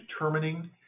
determining